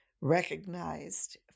recognized